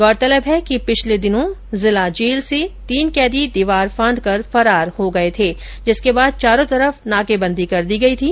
गौरतलब है कि पिछले दिनों जिला जेल से तीन कैदी दीवार फांदकर फरार हो गये थे जिसके बाद चारों तरफ नाकेबंदी कर दी गई थी